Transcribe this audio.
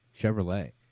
Chevrolet